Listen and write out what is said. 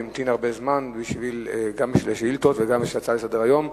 הוא המתין הרבה זמן גם בשביל השאילתות וגם בשביל ההצעה לסדר-היום.